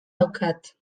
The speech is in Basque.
daukat